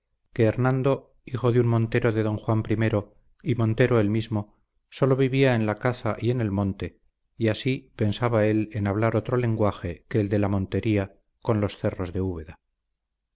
hernando hijo de un montero de don juan i y montero él mismo sólo vivía en la caza y en el monte y así pensaba él en hablar otro lenguaje que el de la montería como por los cerros de úbeda